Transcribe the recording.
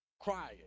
crying